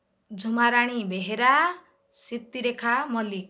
Jhumarani Behera Sritirekha Mallick